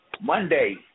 Monday